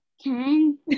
ten